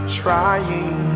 trying